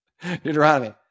Deuteronomy